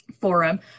forum